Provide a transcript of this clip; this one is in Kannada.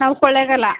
ನಾವು ಕೊಳ್ಳೆಗಾಲ